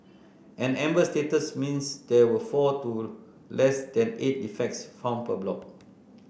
an amber status means there were four to less than eight defects found per block